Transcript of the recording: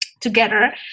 together